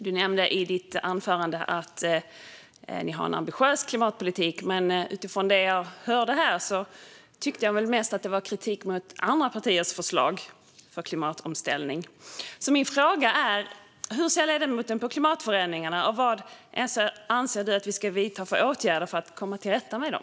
Du nämnde i ditt anförande att ni har en ambitiös klimatpolitik, Martin Kinnunen, men det jag hörde här tyckte jag mest var kritik mot andra partiers förslag gällande klimatomställningen. Min fråga är därför: Hur ser du på klimatförändringarna, och vad anser du att vi ska vidta för åtgärder för att komma till rätta med dem?